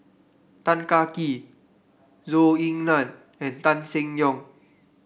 Tan Kah Kee Zhou Ying Nan and Tan Seng Yong